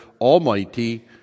Almighty